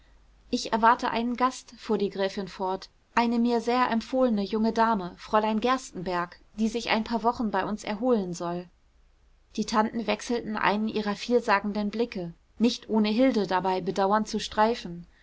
ich erwarte einen gast fuhr die gräfin fort eine mir sehr empfohlene junge dame fräulein gerstenbergk die sich ein paar wochen bei uns erholen soll die tanten wechselten einen ihrer vielsagenden blicke nicht ohne hilde dabei bedauernd zu streifen